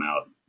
out